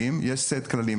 סט כללים,